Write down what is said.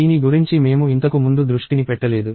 దీని గురించి మేము ఇంతకు ముందు దృష్టిని పెట్టలేదు